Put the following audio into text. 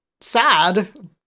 sad